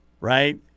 right